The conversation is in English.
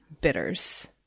bitters